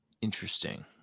interesting